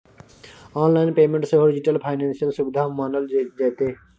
online payment सेहो digital financial सुविधा मानल जेतै